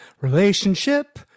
relationship